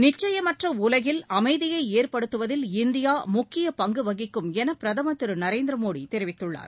நிச்சயமற்ற உலகில் அமைதியை ஏற்படுத்துவதில் இந்தியா முக்கிய பங்கு வகிக்கும் என பிரதமா் திரு நரேந்திர மோடி தெரிவித்துள்ளார்